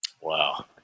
Wow